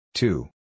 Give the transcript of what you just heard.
Two